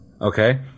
Okay